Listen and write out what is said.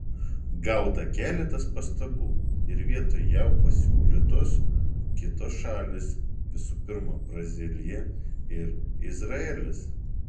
gauta keletas pastabų ir vietoj jav pasiūlytos kitos šalys visų pirma brazilija ir izraelis